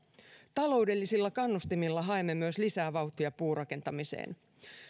taloudellisilla kannustimilla haemme myös lisää vauhtia puurakentamiseen